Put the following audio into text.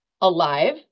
alive